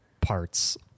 parts